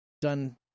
done